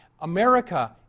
America